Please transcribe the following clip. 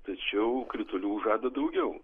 tačiau kritulių žada daugiau